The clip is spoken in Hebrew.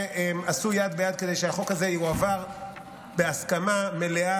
שעשו יד ביד כדי שהחוק הזה יועבר בהסכמה מלאה,